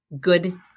good